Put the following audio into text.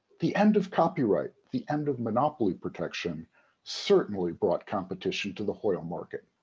the end of copyright the end of monopoly protection certainly brought competition to the hoyle market.